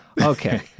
Okay